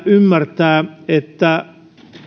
ymmärtää että